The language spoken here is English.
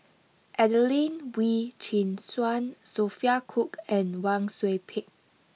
Adelene Wee Chin Suan Sophia Cooke and Wang Sui Pick